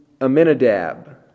Aminadab